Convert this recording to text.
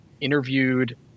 interviewed